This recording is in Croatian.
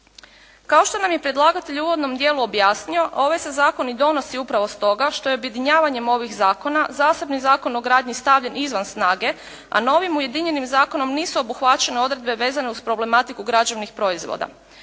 Kao što nam je predlagatelj u uvodnom dijelu objasnio ovaj se zakon i donosi upravo stoga što je objedinjavanjem ovih zakona zasebni Zakon o gradnji stavljen izvan snage, a novim ujedinjenim zakonom nisu obuhvaćene odredbe vezane uz problematiku građevnih proizvoda.